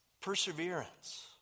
perseverance